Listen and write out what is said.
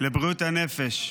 לבריאות הנפש.